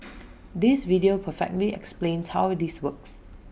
this video perfectly explains how this works